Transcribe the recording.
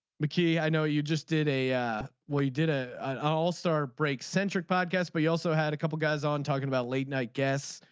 mickey i know you just did a well you did ah an all star break centric podcast podcast but you also had a couple of guys on talking about late night guest.